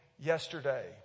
yesterday